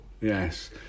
yes